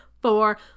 Four